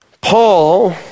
Paul